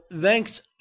thanks